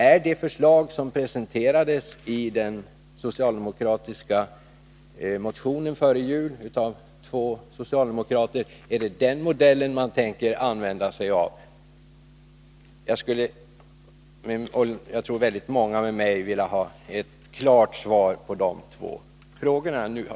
Är det den modell som Fredagen den presenterades i en motion före jul av två socialdemokrater man tänker 4 mars 1983 använda? Jag och väldigt många med mig skulle vilja ha ett klart svar på dessa